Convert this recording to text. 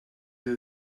you